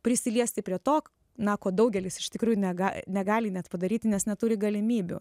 prisiliesti prie to na ko daugelis iš tikrųjų nega negali net padaryt nes neturi galimybių